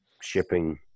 shipping